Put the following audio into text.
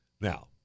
Now